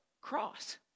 Cross